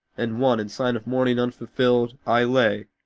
and one in sign of mourning unfulfilled i lay,